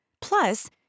Plus